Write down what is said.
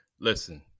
Listen